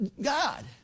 God